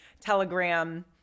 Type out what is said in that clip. telegram